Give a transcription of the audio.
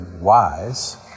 wise